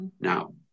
now